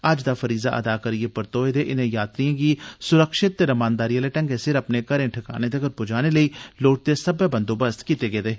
हज दा फरीज़ा अदा करियै परतोए दे इनें यात्रियें गी सुरक्षित ते रमानदारी आले ढंगें सिर अपने घरें ठकानें तगर प्जाने लेई लोड़चदे सब्बै बंदोबस्त कीते गेदे न